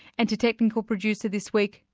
and to technical producer this week,